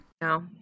No